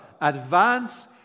advance